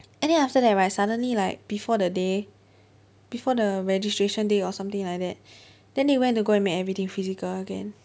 and then after that right suddenly like before the day before the registration day or something like that then they went to make everything physical again